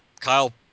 Kyle